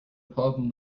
problem